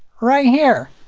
right here!